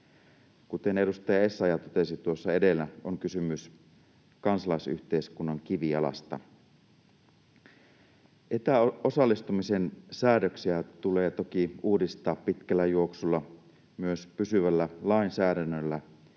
Kuten edustaja Essayah totesi tuossa edellä, on kysymys kansalaisyhteiskunnan kivijalasta. Etäosallistumisen säädöksiä tulee toki uudistaa pitkällä juoksulla myös pysyvällä lainsäädännöllä